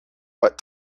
what